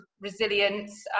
resilience